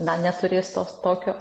na neturės tos tokio